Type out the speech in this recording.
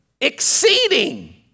exceeding